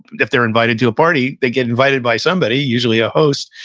but if they're invited to a party, they get invited by somebody, usually, a host.